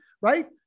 right